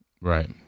Right